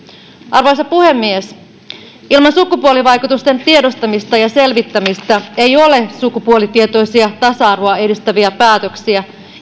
arvoisa puhemies ilman sukupuolivaikutusten tiedostamista ja selvittämistä ei ole sukupuolitietoisia tasa arvoa edistäviä päätöksiä